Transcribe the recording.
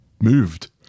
moved